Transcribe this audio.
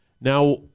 Now